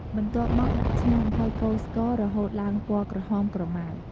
បន្ទាប់មកដាក់ឆ្នាំង ហេីយកូរស្ករ រហូតឡើងពណ៌ក្រហមក្រម៉ៅ។